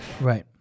Right